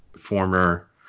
Former